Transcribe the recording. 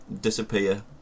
disappear